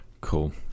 Cool